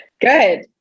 Good